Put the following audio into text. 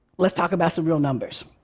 let's talk about some real numbers.